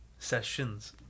Sessions